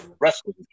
wrestling